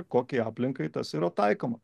kokiai aplinkai tas yra taikoma